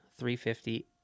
350